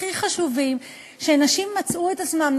הכי חשובים: נשים מצאו את עצמן,